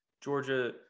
Georgia